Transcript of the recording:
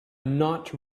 not